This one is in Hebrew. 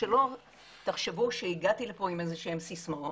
ושלא תחשבו שהגעתי לפה עם איזה שהן סיסמאות,